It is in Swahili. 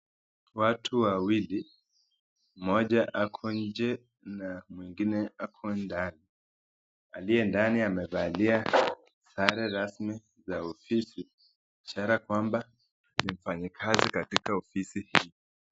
Watu wawili, mmoja ako nje na mwengine ako ndani. Aliye ndani amevalia sare rasmi za ofisi, ishara kwamba ni mfanyikazi katika ofisi hii.